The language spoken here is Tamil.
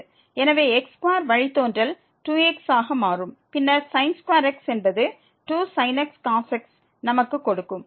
எனவே x2 வழித்தோன்றல் 2x ஆக மாறும் பின்னர் x என்பது 2sin x cos x ஐ நமக்கு கொடுக்கும்